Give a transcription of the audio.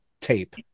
tape